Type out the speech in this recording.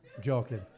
joking